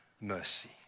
mercy